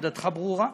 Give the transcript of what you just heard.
עמדתך ברורה,